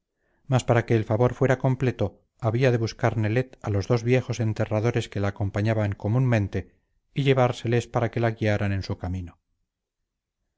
mas para que el favor fuera completo había de buscar nelet a los dos viejos enterradores que la acompañaban comúnmente y llevárseles para que la guiaran en su camino